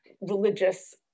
religious